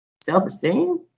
Self-esteem